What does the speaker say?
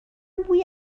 بوی